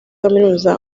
kaminuza